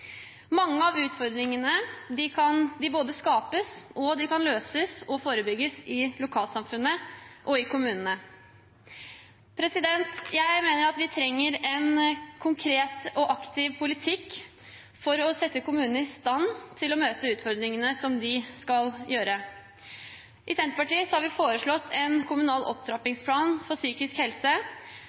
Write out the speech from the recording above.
Mange av utfordringene skapes, og de kan løses og forebygges i lokalsamfunnene og i kommunene. Jeg mener at vi trenger en konkret og aktiv politikk for å sette kommunene i stand til å møte utfordringene slik de skal gjøre. I Senterpartiet har vi foreslått en kommunal opptrappingsplan for psykisk helse